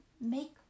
Make